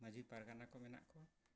ᱢᱟᱺᱡᱷᱤ ᱯᱟᱨᱜᱟᱱᱟ ᱠᱚ ᱢᱮᱱᱟᱜ ᱠᱚᱣᱟ